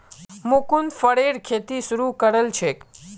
मुकुन्द फरेर खेती शुरू करल छेक